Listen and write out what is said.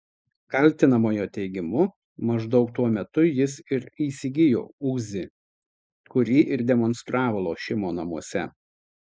kaltinamojo teigimu maždaug tuo metu jis ir įsigijo uzi kurį ir demonstravo lošimo namuose